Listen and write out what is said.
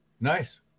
nice